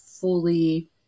fully